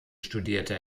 studierte